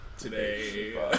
today